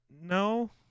no